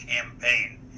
campaign